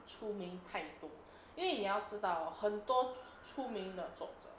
出名太多因为你要知道很多出名的作者